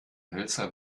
hölzer